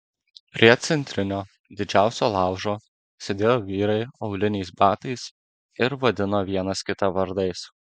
prie centrinio didžiausio laužo sėdėjo vyrai auliniais batais ir vadino vienas kitą vardais